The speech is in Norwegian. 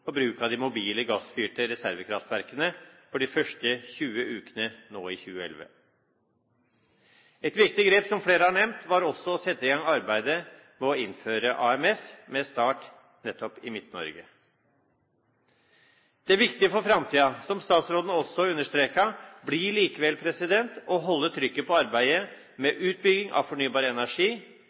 for bruk av de mobile gassfyrte reservekraftverkene for de første 20 ukene i 2011. Et viktig grep som flere har nevnt, var også å sette i gang arbeidet med å innføre AMS, med start nettopp i Midt-Norge. Det viktige for framtiden, som statsråden også understreket, blir likevel å holde trykket på arbeidet med utbygging av fornybar energi,